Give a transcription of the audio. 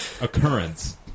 occurrence